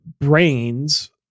brains